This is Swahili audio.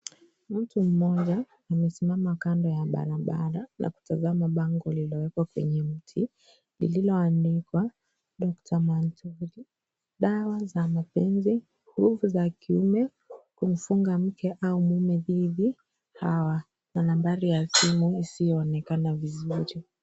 Mtu mmoja amesimama kando ya barabara na kutazama bango lililowekwa kwenye mti iliyoandikwa Dr Manyori, dawa za mapenzi, nguvu za kiume, kumfunga mke au mume dhidi, hawa na nambari ya simu isiyoonekana vizuri.